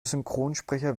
synchronsprecher